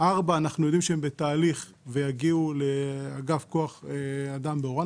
לגבי 4 אנחנו יודעים שהן בתהליך ויגיעו לאגף כוח אדם בהוראה.